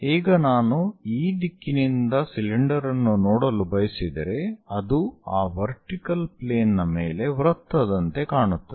ಈಗ ನಾನು ಈ ದಿಕ್ಕಿನಿಂದ ಸಿಲಿಂಡರ್ ಅನ್ನು ನೋಡಲು ಬಯಸಿದರೆ ಅದು ಆ ವರ್ಟಿಕಲ್ ಪ್ಲೇನ್ ನ ಮೇಲೆ ವೃತ್ತದಂತೆ ಕಾಣುತ್ತದೆ